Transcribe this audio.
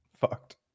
fucked